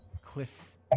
cliff